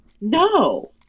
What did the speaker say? No